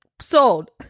Sold